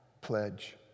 pledge